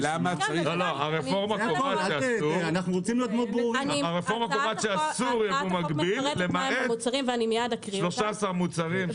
הרפורמה קובעת שאסור יבוא מקביל למעט 13 מוצרים.